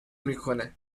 میکنه